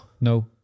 no